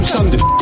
Sunday